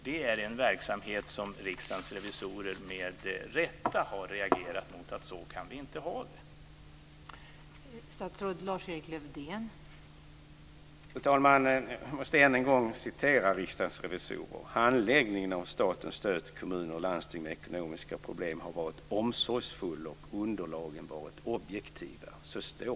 Det är en verksamhet som Riksdagens revisorer med rätta har reagerat emot. Man har sagt att vi inte kan ha det så.